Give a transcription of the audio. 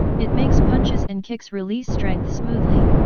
it makes punches and kicks release strength smoothly,